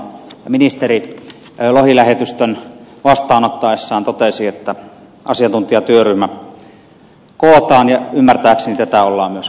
ministeri lohilähetystön vastaanottaessaan totesi että asiantuntijatyöryhmä kootaan ja ymmärtääkseni tätä ollaan myös kokoamassa